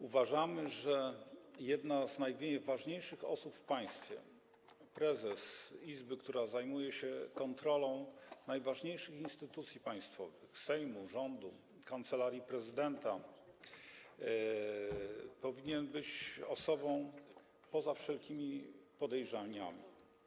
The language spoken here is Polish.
Uważamy, że jedna z najważniejszych osób w państwie, prezes izby, która zajmuje się kontrolą najważniejszych instytucji państwowych, Sejmu, rządu, kancelarii prezydenta, powinien być osobą poza wszelkimi podejrzeniami.